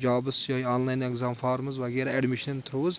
جابٕس یا online exam forms وغیرہ admission through